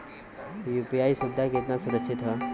UPI सुविधा केतना सुरक्षित ह?